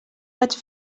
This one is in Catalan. vaig